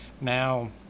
Now